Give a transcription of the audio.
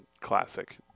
classic